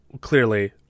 clearly